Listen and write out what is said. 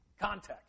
Context